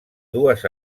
dues